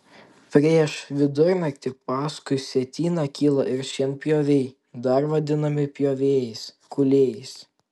prieš vidurnaktį paskui sietyną kyla ir šienpjoviai dar vadinami pjovėjais kūlėjais